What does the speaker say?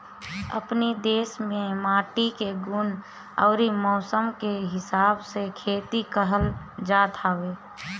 अपनी देस में माटी के गुण अउरी मौसम के हिसाब से खेती कइल जात हवे